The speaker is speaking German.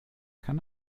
kann